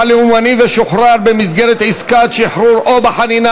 לאומני ושוחרר במסגרת עסקת שחרור או בחנינה),